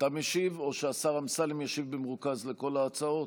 אתה משיב או שהשר אמסלם ישיב במרוכז על כל ההצעות?